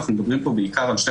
מדברים פה בעיקר על שתי